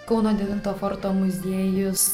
kauno devinto forto muziejus